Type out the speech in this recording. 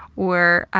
or